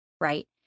right